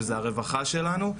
שזו הרווחה שלנו,